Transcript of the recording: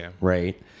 right